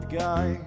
guy